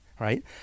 Right